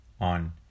on